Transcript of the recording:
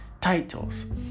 titles